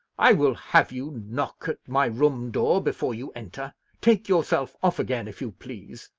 i will have you knock at my room door before you enter. take yourself off again, if you please!